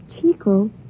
Chico